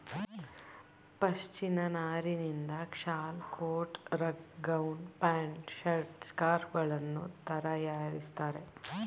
ಪಶ್ಮಿನ ನಾರಿನಿಂದ shawl, coat, rug, gown, pant, shirt, scarf ಗಳನ್ನು ತರಯಾರಿಸ್ತರೆ